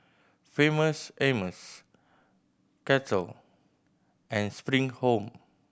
Famous Amos Kettle and Spring Home